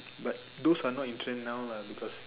but those are not in trend now lah because